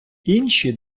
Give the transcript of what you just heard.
інші